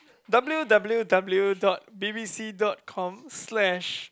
W_W_W dot B_B_C dot com slash